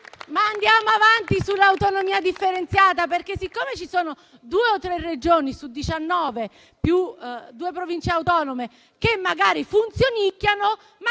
andiamo avanti sull'autonomia differenziata; siccome ci sono due o tre Regioni su diciannove, più due Province autonome, che magari funzionicchiano,